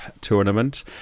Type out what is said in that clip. tournament